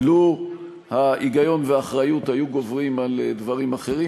לו ההיגיון והאחריות היו גוברים על דברים אחרים,